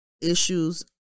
issues